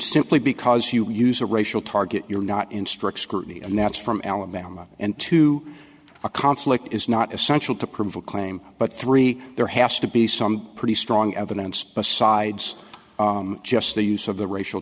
simply because you use a racial target you're not in strict scrutiny and that's from alabama into a conflict is not essential to prove a claim but three there has to be some pretty strong evidence besides just the use of the racial